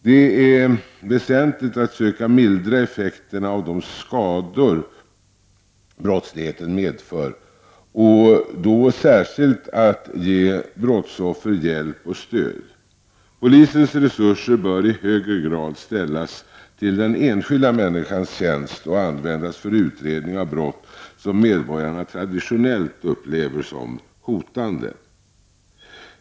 Det är väsentligt att söka mildra effekten av de skador brottsligheten medför och då särskilt att ge brottsoffer hjälp och stöd. Polisens resurser bör i högre grad ställas till den enskilda människans tjänst och användas för utredning av brott som medborgarna traditionellt upplever som hotande.